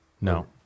No